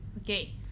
okay